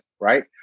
right